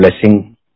blessing